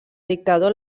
dictador